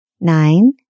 nine